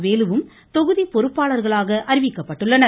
வேலு வும் தொகுதி பொறுப்பாளர்களாக அறிவிக்கப்பட்டுள்ளனர்